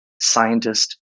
scientist